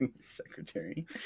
Secretary